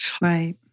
Right